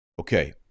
Okay